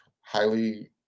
highly